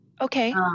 Okay